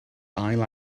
ail